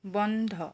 বন্ধ